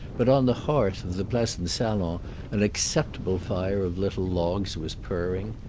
but on the hearth of the pleasant salon an acceptable fire of little logs was purring.